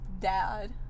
dad